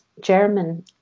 German